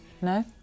No